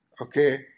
okay